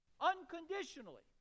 unconditionally